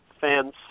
fans